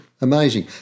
amazing